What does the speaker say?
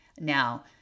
Now